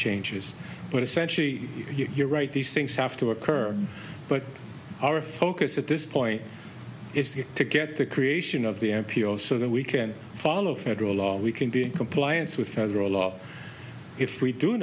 changes but essentially you're right these things have to occur but our focus at this point is to get the creation of the m p o so that we can follow federal law we can be compliance with federal law if we do